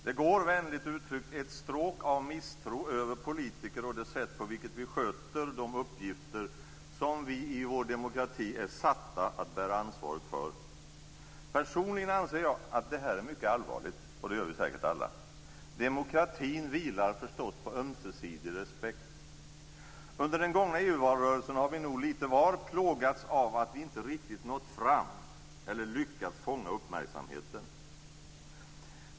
Det går, vänligt uttryckt, ett stråk av misstro över politikerna och det sätt på vilket vi sköter de uppgifter som vi i vår demokrati är satta att bära ansvaret för. Personligen anser jag att det här är mycket allvarligt. Det gör vi säkert alla. Demokratin vilar förstås på ömsesidig respekt. Under den gångna EU-valrörelsen har vi nog lite var plågats av att vi inte riktigt nått fram eller lyckats fånga uppmärksamheten.